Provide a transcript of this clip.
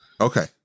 Okay